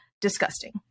Disgusting